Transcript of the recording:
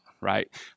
right